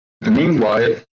meanwhile